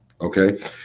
okay